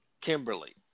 Kimberly